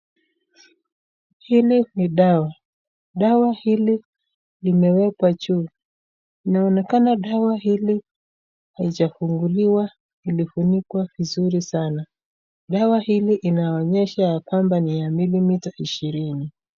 Hili ni dawa. Dawa hili limewekwa juu. Linaonekana dawa hili halijafunguliwa, limefunikwa vizuri sana. Dawa hili linaonyesha ya kwamba ni ya milimita shirini.